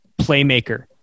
playmaker